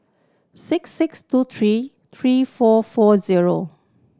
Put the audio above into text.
six six two three three four four zero